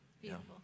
Beautiful